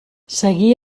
seguí